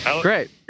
Great